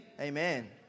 Amen